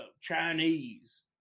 Chinese